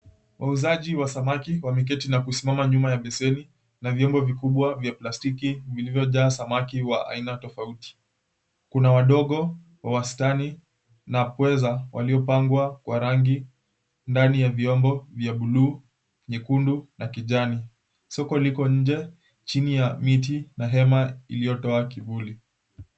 Wauzaji wa samaki wameketi na kusimama nyuma ya beseni na vyombo vikubwa vya plastiki vilivyojaa samaki wa aina tofauti. Kuna wadogo, wa wastani, na pweza waliopangwa kwa rangi ndani ya vyombo vya buluu, nyekundu na kijani. Soko liko nje chini ya miti na hema iliyotoa kivuli.